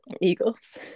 Eagles